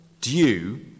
due